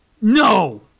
no